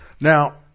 now